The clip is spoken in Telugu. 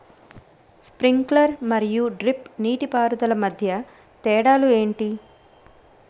స్ప్రింక్లర్ మరియు డ్రిప్ నీటిపారుదల మధ్య తేడాలు ఏంటి?